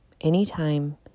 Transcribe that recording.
Anytime